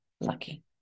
lucky